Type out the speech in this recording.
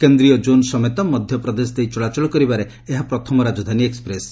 କେନ୍ଦ୍ରୀୟ ଜୋନ୍ ସମେତ ମଧ୍ୟପ୍ରଦେଶ ଦେଇ ଚଳାଚଳ କରିବାରେ ଏହା ପ୍ରଥମ ରାଜଧାନୀ ଏକୁପ୍ରେସ୍